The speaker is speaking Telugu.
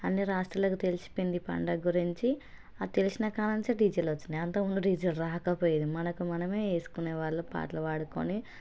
అన్ని రాష్ట్రాలకు తెలిసిపోయింది ఈ పండగ గురించి అది తెలిసిన కాడ నుంచి డిజేలు వచ్చాయి అంతకుముందు డీజే రాకపోయేది మనకు మనమే వేసుకునే వాళ్ళం పాటలు పాడుకొని